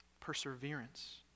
perseverance